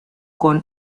con